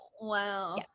Wow